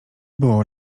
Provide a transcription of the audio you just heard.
było